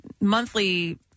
monthly